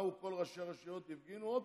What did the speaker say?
באו כל ראשי הרשויות ושוב הפגינו וקיבלו.